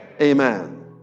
amen